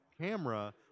camera